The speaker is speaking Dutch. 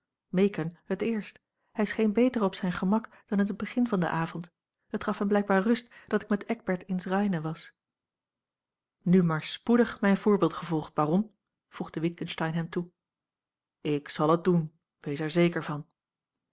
meekern het eerst hij scheen beter op zijn gemak dan in het begin van den avond het gaf hem blijkbaar rust dat ik met eckbert ins reine was nu maar spoedig mijn voorbeeld gevolgd baron voegde witgensteyn hem toe ik zal het doen wees er zeker van